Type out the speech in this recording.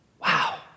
Wow